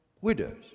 widows